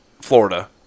Florida